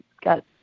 got